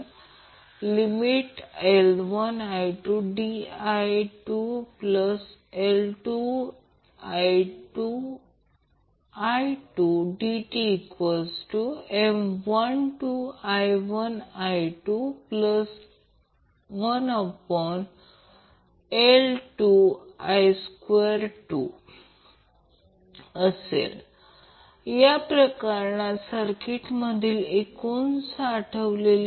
आता circuit series सर्किटसाठी loop असेल ω0 ही सब सिरीज सर्किट ω0 फक्त 1√ LC होती परंतु परॅलेल सर्किट म्हणून सीरीज RLC सर्किटसाठी आपण 1√ hLC पाहिले आहे